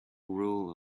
rule